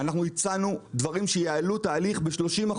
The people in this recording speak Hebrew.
הצענו דברים שייעלו את ההליך ב-30%.